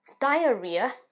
diarrhea